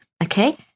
Okay